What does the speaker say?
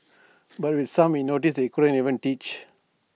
but with some we noticed they couldn't even teach